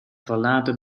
verlaten